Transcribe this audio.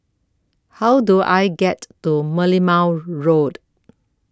How Do I get to Merlimau Road